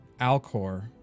Alcor